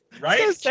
right